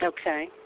Okay